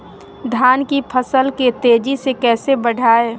धान की फसल के तेजी से कैसे बढ़ाएं?